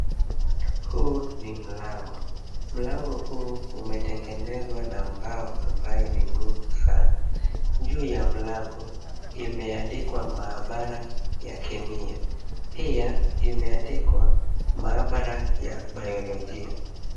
Huu ni mlango. Mlango huu umetengenezwa na mbao ambayo ni ngumu sana. Juu ya mlango, imeandikwa maabara ya kemia. Pia imeandikwa maabara ya bayolojia.